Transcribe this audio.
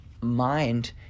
mind